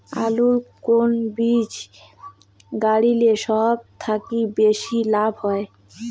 আলুর কুন বীজ গারিলে সব থাকি বেশি লাভ হবে?